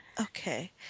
Okay